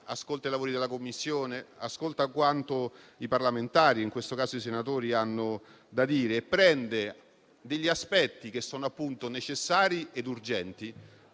ai lavori della Commissione, ascolta quanto i parlamentari, in questo caso i senatori, hanno da dire e prende gli aspetti necessari ed urgenti